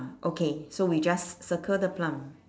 okay so we just circle the plum